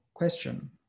question